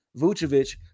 Vucevic